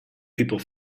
people